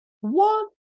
One